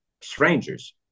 strangers